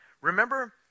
Remember